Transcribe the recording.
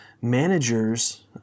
managers